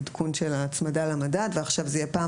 העדכון של ההצמדה למדד ועכשיו זה יהיה פעם